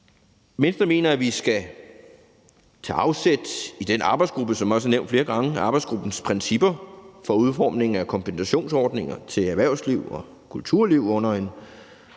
Venstre mener, at vi skal tage afsæt i den arbejdsgruppe, som også er nævnt flere gange, og arbejdsgruppens principper for udformningen af kompensationsordninger til erhvervsliv og kulturliv under en